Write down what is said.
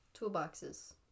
Toolboxes